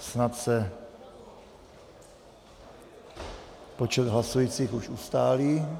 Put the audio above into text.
Snad se počet hlasujících už ustálí.